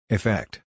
Effect